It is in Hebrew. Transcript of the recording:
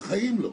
בחיים לא.